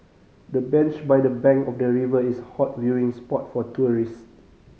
the bench by the bank of the river is hot viewing spot for tourist